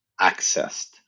accessed